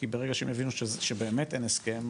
כי ברגע שהם יבינו שבאמת אין הסכם,